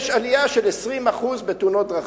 יש עלייה של 20% בתאונות דרכים.